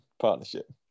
partnership